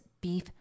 beef